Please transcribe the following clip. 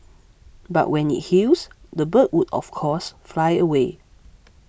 but when it heals the bird would of course fly away